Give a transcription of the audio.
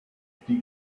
fifty